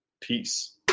Peace